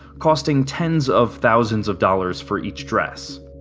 costing tens of thousands of dollars for each dress.